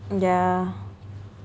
yeah